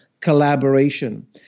collaboration